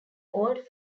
old